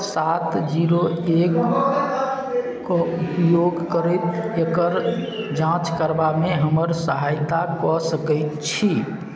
सात जीरो एकके उपयोग करैत एकर जाँच करबामे हमर सहायता कऽ सकैत छी